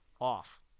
off